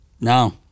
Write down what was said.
no